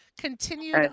Continued